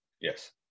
Yes